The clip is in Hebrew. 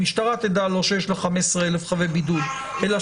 המשטרה תדע שיש לה לא 15,000 חבי בידוד אלא